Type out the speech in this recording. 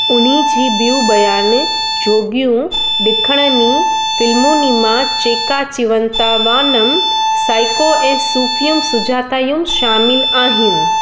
हुन जी ॿियूं बयान जोॻियूं ॾिखणनी फ़िल्मुनि मां चेक्का चिवंता वानम साइको ऐं सूफीयम सुजातायुम शामिलु आहिनि